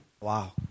Wow